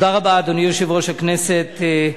אדוני יושב-ראש הכנסת,